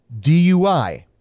DUI